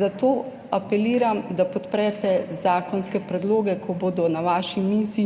Zato apeliram, da podprete zakonske predloge, ki bodo na vaši mizi,